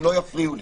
אם לא יפריעו לי.